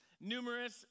numerous